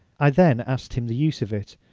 i then asked him the use of it,